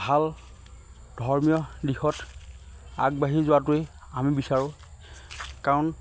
ভাল ধৰ্মীয় দিশত আগবাঢ়ি যোৱাটোৱেই আমি বিচাৰোঁ কাৰণ